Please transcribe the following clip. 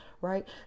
right